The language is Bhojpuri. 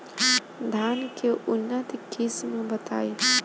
धान के उन्नत किस्म बताई?